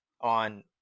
on